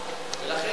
ולכן הביאו את החוק.